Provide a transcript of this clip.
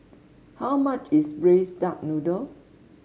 how much is Braised Duck Noodle